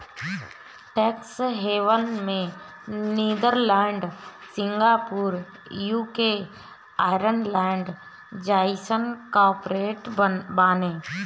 tax haven में Netherland, Singapore, UK, Ireland जइसन corporate बाने